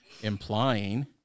implying